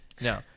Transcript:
no